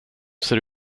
ser